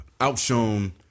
outshone